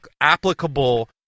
applicable